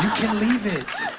can leave it.